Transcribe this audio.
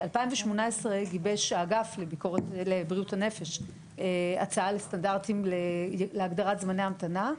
בשנת 2018 גיבש האגף לבריאות הנפש הצעה לסטנדרטים להגדרת זמני המתנה,